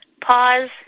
pause